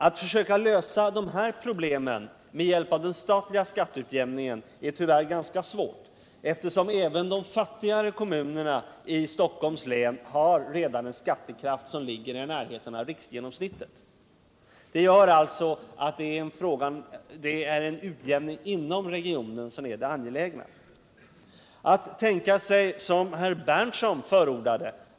Att lösa de här problemen med hjälp av den statliga skatteutjämningen är tyvärr ganska svårt, eftersom även de fattigare kommunerna i Stockholms län redan har en skattekraft som ligger i närheten av riksgenomsnittet. Det är alltså en utjämning inom regionen som är det angelägna.